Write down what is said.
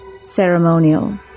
ceremonial